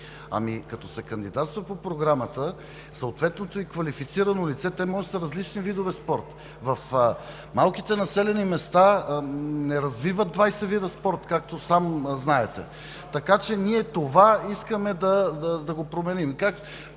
Ами, като кандидатства по програмата съответното квалифицирано лице, те могат да са различни видове спорт, в малките населени места не развиват двадесет вида спорт, както сам знаете, така че ние това искаме да го променим.